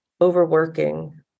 overworking